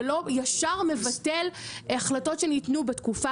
זה לא ישר מבטל החלטות שניתנו בתקופה